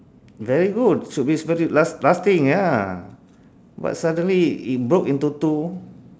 very good should be very last~ lasting ya but suddenly it broke into two